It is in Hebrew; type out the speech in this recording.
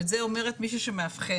ואת זה אומרת מישהי שמאבחנת,